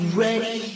ready